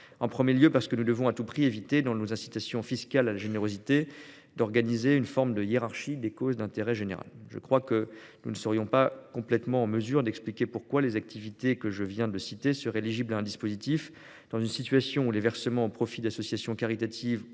En premier lieu, nous devons à tout prix éviter, dans les incitations fiscales à la générosité, d'organiser une hiérarchie des causes d'intérêt général. Je pense que nous ne serions pas collectivement en mesure d'expliquer pourquoi les activités que je viens de citer seraient éligibles à un dispositif dans une situation où les versements au profit d'associations caritatives,